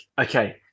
okay